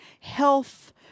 health